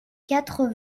quatre